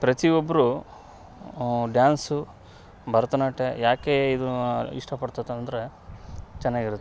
ಪ್ರತಿಯೊಬ್ಬರು ಡ್ಯಾನ್ಸು ಭರತನಾಟ್ಯ ಯಾಕೆ ಇದು ಇಷ್ಟ ಪಡ್ತತಂದ್ರೆ ಚೆನ್ನಾಗಿರುತೆ